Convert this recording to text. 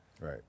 Right